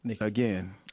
again